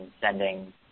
sending